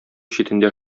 читендә